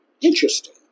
Interesting